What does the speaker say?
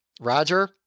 Roger